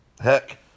heck